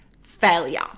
failure